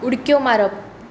उडक्यो मारप